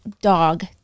dog